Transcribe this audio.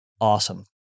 Awesome